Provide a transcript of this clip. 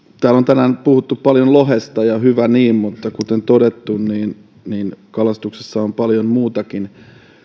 täällä on tänään puhuttu paljon lohesta ja hyvä niin mutta kuten todettu niin niin kalastuksessa on paljon muutakin